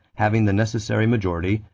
having the necessary majority,